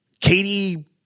Katie